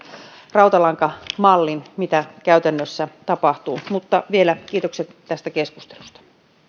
rautalankamallin siitä mitä käytännössä tapahtuu vielä kiitokset tästä keskustelusta